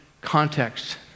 context